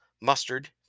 mustard